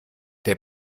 der